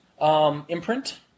imprint